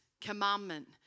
commandment